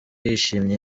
yishimye